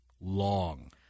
long